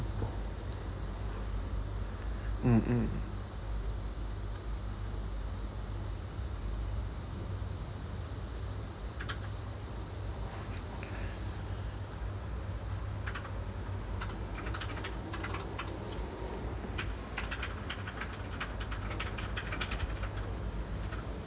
mm mm